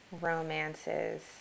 romances